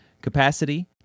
capacity